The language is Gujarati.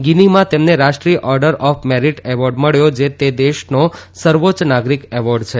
ગિનીમાં તેમને રાષ્ટ્રીય ઓર્ડર ઓફ મેરીટ એવોર્ડ મળ્યો જે તે દેશનો સર્વોચ્ય નાગરિક એવોર્ડ છે